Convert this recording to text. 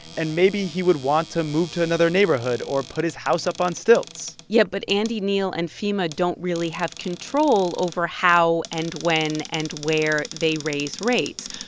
and maybe he would want to move to another neighborhood or put his house up on stilts yeah. but andy neal and fema don't really have control over how and when and where they raise rates.